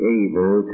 able